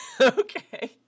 Okay